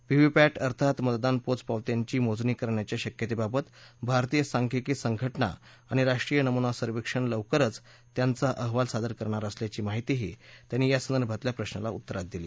VVPAT अर्थात मतदान पोचपावत्यांची मोजणी करण्याच्या शक्यतेबाबत भारतीय सांख्यिकी संघटना आणि राष्ट्रीय नमुना सर्वेक्षण लवकरच त्यांचा अहवाल सादर करणार असल्याची माहिती त्यांनी यासंदर्भातल्या प्रशाच्या उत्तरात दिली